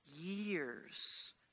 years